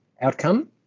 outcome